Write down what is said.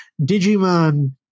Digimon